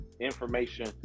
information